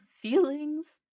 feelings